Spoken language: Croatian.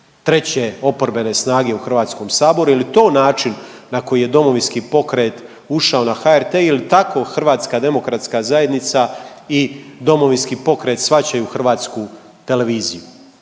treće oporbene snage u Hrvatskom saboru. Je li to način na koji je Domovinski pokret ušao na HRT? Je li tako HDZ i Domovinski pokret shvaćaju hrvatsku televiziju?